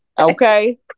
okay